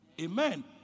Amen